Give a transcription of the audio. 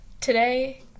today